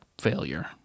failure